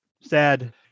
sad